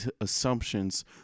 assumptions